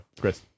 Chris